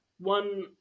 one